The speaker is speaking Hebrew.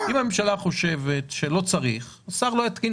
אם הממשלה חושבת שלא צריך השר לא יתקין